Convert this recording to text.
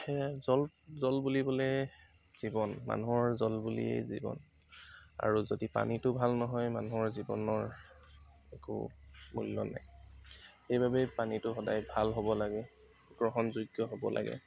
সেয়াই জল জল বুলিবলৈ জীৱন মানুহৰ জল বুলিয়েই জীৱন আৰু যদি পানীটো ভাল নহয় মানুহৰ জীৱনৰ একো মূল্য নাই এই বাবেই পানীটো সদায় ভাল হ'ব লাগে গ্ৰহণযোগ্য হ'ব লাগে